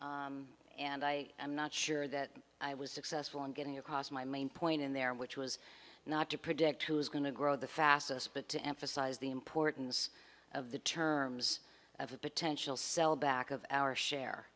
and i am not sure that i was successful in getting across my main point in there which was not to predict who is going to grow the fastest but to emphasize the importance of the terms of a potential sell back of our share